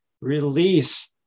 release